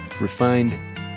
Refined